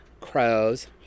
crows